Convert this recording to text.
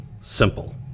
simple